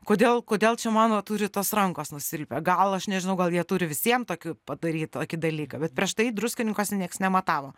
kodėl kodėl čia mano turi tos rankos nusilpę gal aš nežinau gal jie turi visiem tokiu padaryt tokį dalyką bet prieš tai druskininkuose nieks nematavo